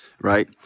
right